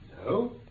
Hello